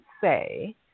say